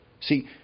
See